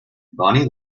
bonnie